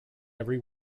every